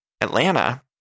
Atlanta